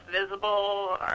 visible